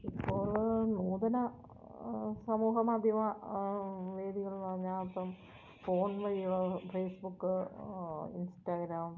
ഇപ്പോൾ നൂതന സമൂഹ മാധ്യമ വേദികളെന്നു പറഞ്ഞാൽ ഇപ്പം ഫോൺ വഴി ഫേസ് ബുക്ക് ഇൻസ്റ്റാഗ്രാം